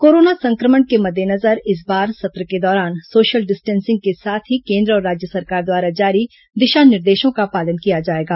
corona संक्रमण के मद्देनजर इस बार सत्र के दौरान सोशल डिस्टेंसिंग के साथ ही केन्द्र और राज्य सरकार द्वारा जारी दिशा निर्देशों का पालन किया जाएगा